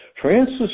Francis